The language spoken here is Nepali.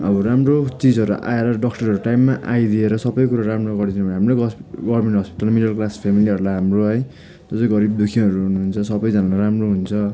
अब राम्रो चिजहरू आएर डक्टरहरू टाइममै आइदिएर सबै कुरो राम्रो गरिदिने भए हाम्रै गभर्मेन्ट हस्पिटलमा मिडल क्लास फ्यामिलीहरूलाई हाम्रो है जति गरिबदुःखीहरू हुनुहुन्छ सबैजनालाई राम्रो हुन्छ